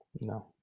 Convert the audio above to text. no